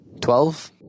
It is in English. Twelve